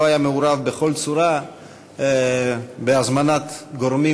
הוא לא היה מעורב בכל צורה בהזמנת גורמים